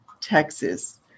Texas